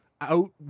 out